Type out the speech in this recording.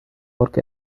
work